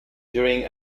during